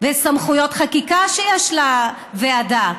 וסמכויות החקיקה שיש לוועדה,